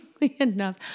enough